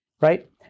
Right